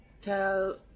tell